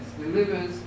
delivers